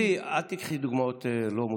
גברתי, אל תיקחי דוגמאות לא מוצלחות.